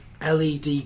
LED